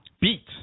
Beat